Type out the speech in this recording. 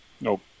Nope